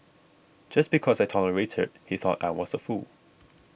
just because I tolerated he thought I was a fool